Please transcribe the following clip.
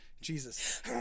Jesus